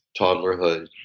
toddlerhood